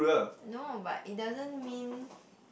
no but it doesn't mean